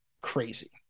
crazy